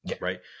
Right